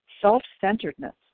self-centeredness